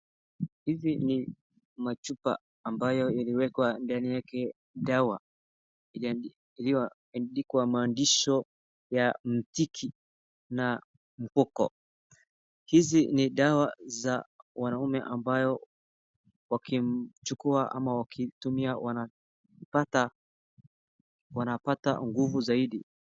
Hizi ni machupa amabaye iliwekwa ndani yake dawa iliyoandikwa maandishi ya Mtiki na Mkoko. Hizi ni dawa za wanaume ambayo wakichukua ama wakitumia wanapata nguvu zaidi.